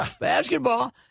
basketball